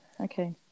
okay